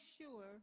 sure